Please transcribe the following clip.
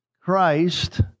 Christ